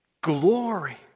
glory